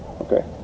Okay